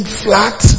flat